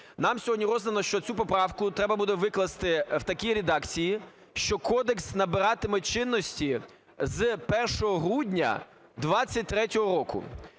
Нам сьогодні роздано, що цю поправку треба буде викласти в такій редакції, що Кодекс набиратиме чинності з 1 грудня 2023 року.